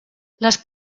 les